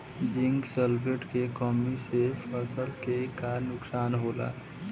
Zinc sulphate के कमी से फसल के का नुकसान होला?